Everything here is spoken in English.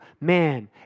man